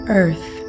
earth